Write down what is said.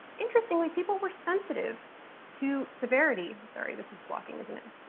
interestingly, people were sensitive to severity sorry this is blocking, isn't it,